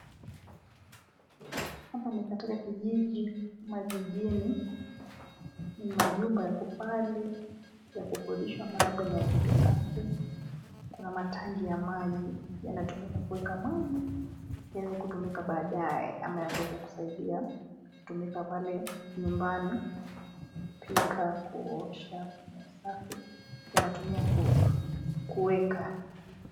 Hapa ni katika kijiji ama jijini, ni majumba yako pale ya kukodishwa ama labda ni ya kibinafsi, kuna matanki ya maji yanatumika kuweka maji yaweze kutumika baadaye ama yakuweza kusaidia kutumika pale nyumbani kupika, kuosha na usafi, yanatumia kuweka.